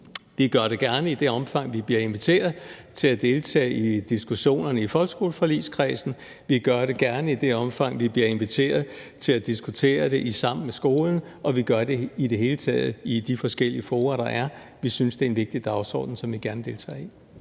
Vi gør det gerne i det omfang, vi bliver inviteret til at deltage i diskussionerne i folkeskoleforligskredsen; vi gør det gerne i det omfang, vi bliver inviteret til at diskutere det i »Sammen om skolen«; og vi gør det i det hele taget i de forskellige fora, der er. Vi synes, det er en vigtig dagsorden, som vi gerne deltager i.